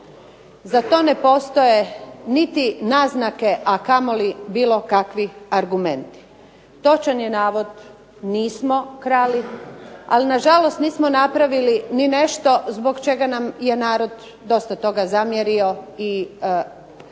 Za to ne postoje niti naznake, a kamoli bilo kakvi argumenti. Točan je navod nismo krali, ali na žalost nismo napravili ni nešto zbog čega nam je narod dosta toga zamjerio i poslao